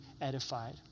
edified